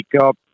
up